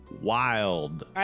wild